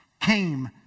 came